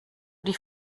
die